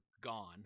gone